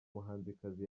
muhanzikazi